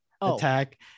attack